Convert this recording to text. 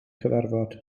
cyfarfod